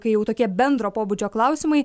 kai jau tokie bendro pobūdžio klausimai